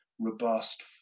robust